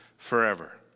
forever